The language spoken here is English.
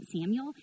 Samuel